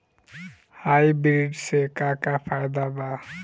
Hybrid से का का फायदा बा?